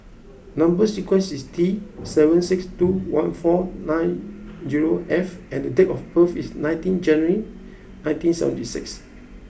number sequence is T seven six two one four nine zero F and date of birth is nineteen January nineteen seventy six